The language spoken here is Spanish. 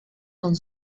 con